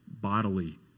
bodily